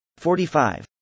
45